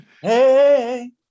Hey